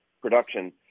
production